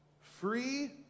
free